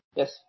yes